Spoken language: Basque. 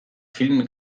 film